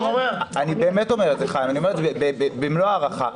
אני באמת אומר את זה במלוא ההערכה,